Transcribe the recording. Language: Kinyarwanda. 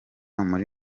muri